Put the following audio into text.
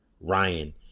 Ryan